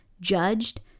judged